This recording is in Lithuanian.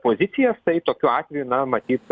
pozicijas tai tokiu atveju na matyt